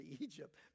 Egypt